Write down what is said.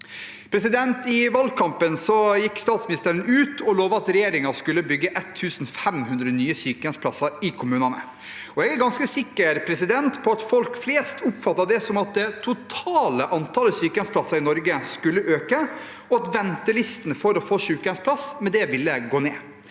I valgkampen gikk statsministeren ut og lovde at regjeringen skulle bygge 1 500 nye sykehjemsplasser i kommunene. Jeg er ganske sikker på at folk flest oppfatter det som at det totale antallet sykehjemsplasser i Norge skulle øke, og at ventelistene for å få sykehjemsplass med det ville gå ned.